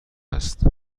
است